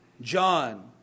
John